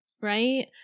Right